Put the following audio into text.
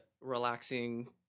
relaxing